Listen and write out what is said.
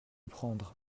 prendre